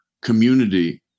community